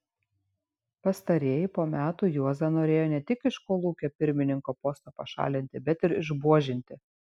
pastarieji po metų juozą norėjo ne tik iš kolūkio pirmininko posto pašalinti bet ir išbuožinti